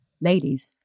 ladies